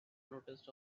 noticed